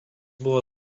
buvo